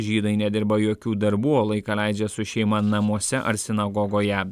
žydai nedirba jokių darbų o laiką leidžia su šeima namuose ar sinagogoje